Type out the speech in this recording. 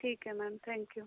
ठीक है ma'am thank you